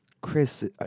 Chris